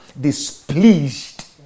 displeased